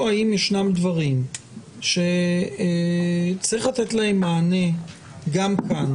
האם ישנם דברים שצריך לתת להם מענה גם כאן,